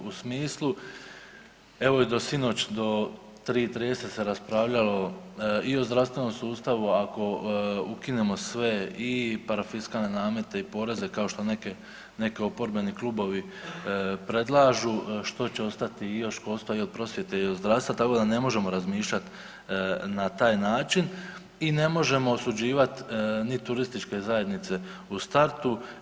U smislu, evo i do sinoć do 3 i 30 se raspravljalo i o zdravstvenom sustavu, ako ukinemo sve i parafiskalne namete i poreze kao što neke, neke oporbeni klubovi predlažu, što će ostati i još postoji i od prosvjete i od zdravstva tako da ne možemo razmišljat na taj način i ne možemo osuđivat ni turističke zajednice u startu.